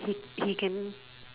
he he can